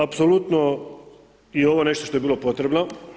Apsolutno je ovo nešto što je bilo potrebno.